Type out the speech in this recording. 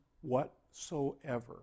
whatsoever